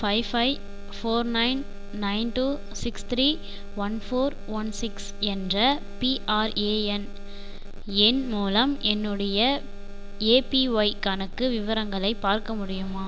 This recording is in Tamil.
five five four nine nine two six three one four one six என்ற பிஆர்ஏஎன் எண் மூலம் என்னுடைய எபிஒய் கணக்கு விவரங்களை பார்க்க முடியுமா